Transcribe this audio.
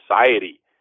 society